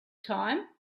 time